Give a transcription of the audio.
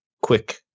quick